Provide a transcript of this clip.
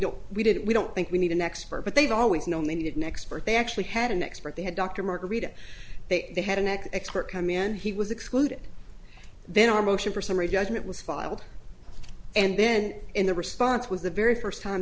don't we didn't we don't think we need an expert but they've always known they needed an expert they actually had an expert they had dr margarita they had an expert come in and he was excluded then our motion for summary judgment was filed and then in the response was the very first time